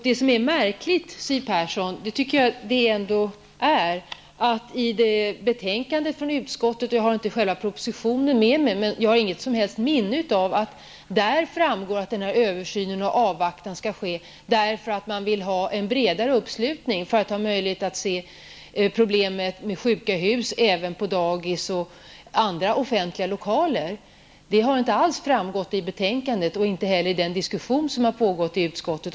Det är märkligt, Siw Persson, att det inte av betänkandet från utskottet framgår att översynen skall ske därför att man vill ha en bredare tillämpning, så att lagen kan omfatta också sjuka hus som används som dagislokaler och andra offentliga lokaler. Det framgår inte alls av betänkandet och har heller inte nämnts i den diskussion som förts i den här frågan i utskottet.